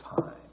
time